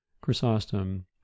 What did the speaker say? Chrysostom